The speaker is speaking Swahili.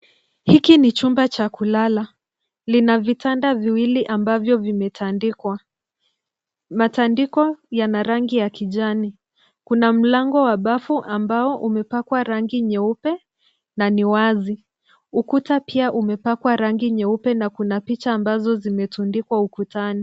Hiki ni chumba cha kulala. Lina vitanda viwili ambavyo vimetandikwa. Matandiko yana rangi ya kijani. Kuna mlango wa bafu ambao umepakwa rangi nyeupe na ni wazi. Ukuta pia umepakwa rangi nyeupe na kuna picha ambazo zimetundikwa ukutani.